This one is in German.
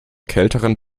kälteren